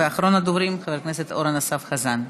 אחרון הדוברים, חבר הכנסת אורן אסף חזן.